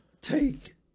take